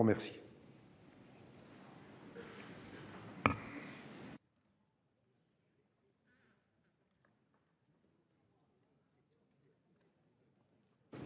Merci